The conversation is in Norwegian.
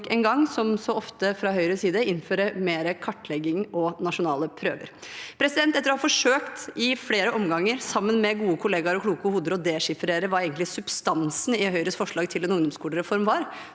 en gang, som så ofte fra Høyres side, skulle innføre mer kartlegging og nasjonale prøver. Etter å ha forsøkt i flere omganger, sammen med gode kollegaer og kloke hoder, å dechiffrere hva substansen i Høyres forslag til en ungdomsskolereform